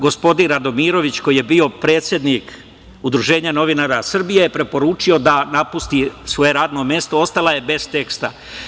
Gospodin Radomirović koji je bio predsednik UNS preporučio je da napusti svoje radno mesto, ostala je bez teksta.